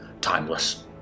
timeless